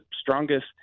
strongest